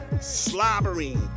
slobbering